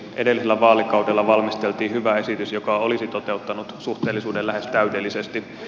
edellisellä vaalikaudella valmisteltiin hyvä esitys joka olisi toteuttanut suhteellisuuden lähes täydellisesti